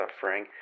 suffering